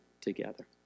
together